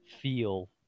feel